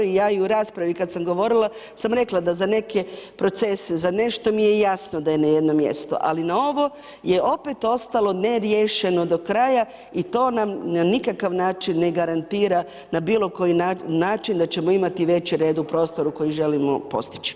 I ja i u raspravi kad sam govorila sam rekla da za neke procese, za nešto mi je jasno da je na jednom mjestu ali na ovo je opet ostalo neriješeno do kraja i to nam na nikakav način ne garantira, na bilo koji način da ćemo imati veći red u prostoru koji želimo postići.